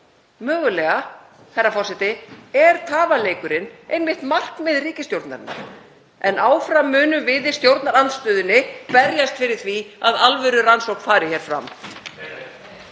Mögulega, herra forseti, er tafaleikurinn einmitt markmið ríkisstjórnarinnar en áfram munum við í stjórnarandstöðunni berjast fyrir því að alvörurannsókn fari hér fram.